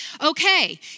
okay